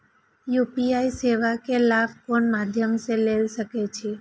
UPI सेवा के लाभ कोन मध्यम से ले सके छी?